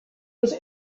was